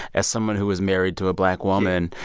as someone who is married to a black woman.